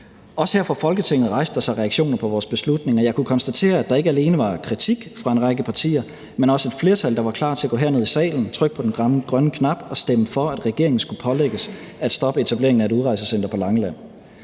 Også her fra Folketinget rejste der sig reaktioner på vores beslutning, og jeg kunne konstatere, at der ikke alene var kritik fra en række partier, men også et flertal, der var klar til at gå herned i salen og trykke på den grønne knap og stemme for, at regeringen skulle pålægges at stoppe etableringen af et udrejsecenter på Langeland.